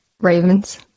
Ravens